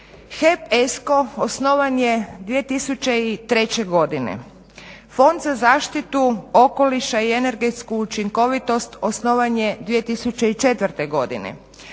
HEP ESCO osnovan je 2003.godine, Fond za zaštitu okoliša i energetsku učinkovitost osnovan je 2004.godine,